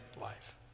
life